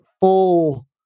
full